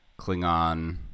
Klingon